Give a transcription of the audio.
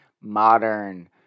modern